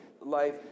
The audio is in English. life